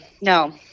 no